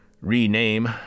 Rename